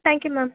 thank you ma'am